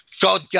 God